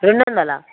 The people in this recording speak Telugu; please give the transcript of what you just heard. రెండు వందల